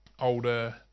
Older